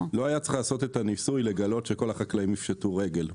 לא היה צריך לעשות את הניסוי לגלות שכל החקלאים יפשטו רגל,